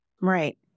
Right